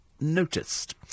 noticed